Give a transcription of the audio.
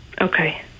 Okay